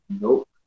Nope